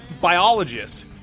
biologist